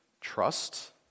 trust